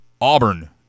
Auburn